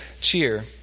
cheer